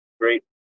great